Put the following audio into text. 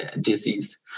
disease